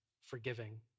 forgiving